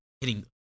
hitting